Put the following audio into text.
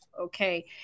okay